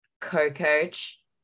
co-coach